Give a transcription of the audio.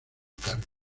carga